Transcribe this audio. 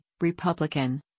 Republican